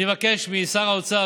אני מבקש משר האוצר,